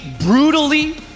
brutally